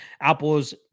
Apples